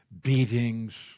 beatings